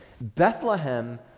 Bethlehem